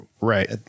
Right